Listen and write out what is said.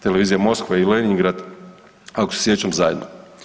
Televizija Moskva i Lenjingrad ako se sjećam zajedno.